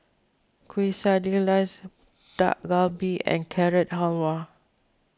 Quesadillas Dak Galbi and Carrot Halwa